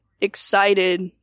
excited